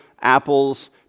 apples